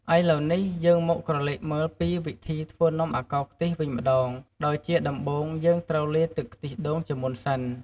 ឥឡូវនេះ យើងមកក្រឡេកមើលពីវិធីធ្វើនំអាកោរខ្ទិះវិញម្ដង ដោយជាដំបូង យើងត្រូវលាយទឹកខ្ទិះដូងជាមុនសិន។